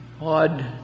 odd